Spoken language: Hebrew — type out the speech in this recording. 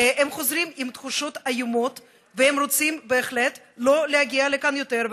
הם חוזרים עם תחושות איומות והם רוצים בהחלט לא להגיע לכאן יותר.